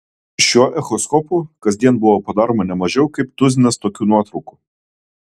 šiuo echoskopu kasdien būdavo padaroma ne mažiau kaip tuzinas tokių nuotraukų